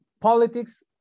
politics